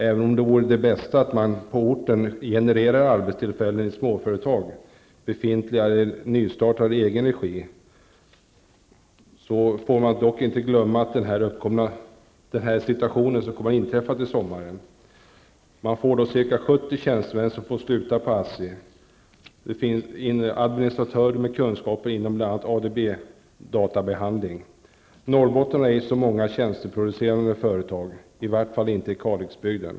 Även om det bästa vore att man på orten genererade arbetstillfällen i småföretag, befintliga eller nystartade i egen regi, får vi inte glömma den situation som kommer att inträffa till sommaren. Ca 70 tjänstemän kommer då att få sluta på ASSI. Där finns administratörer med kunskaper i bl.a. Norrbotten har ej så många tjänsteproducerande företag, i varje fall inte i Kalixbygden.